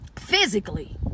physically